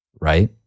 right